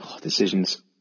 Decisions